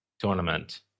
tournament